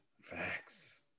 Facts